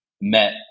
met